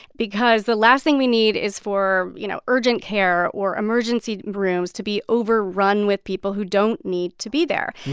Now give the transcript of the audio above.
because the last thing we need is for, you know, urgent care or emergency rooms to be overrun with people who don't need to be there.